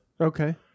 Okay